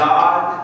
God